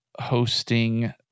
hosting